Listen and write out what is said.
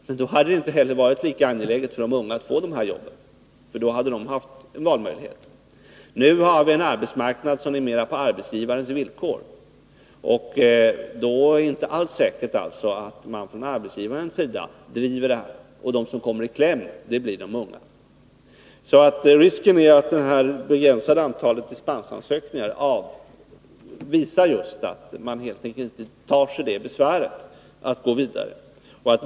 Men då hade det inte heller varit lika angeläget för de unga att få de här jobben, för då hade de haft valmöjligheter. Nu har vi en arbetsmarknad på arbetsgivarens villkor, och då är det inte alls säkert att arbetsgivaren driver den här frågan. Och de som kommer i kläm är de unga. Risken är därför att det begränsade antalet dispensansökningar bara visar att man helt enkelt inte tar sig besväret att gå vidare.